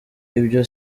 ibyo